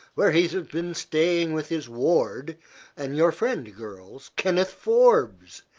where he has been staying with his ward and your friend, girls kenneth forbes,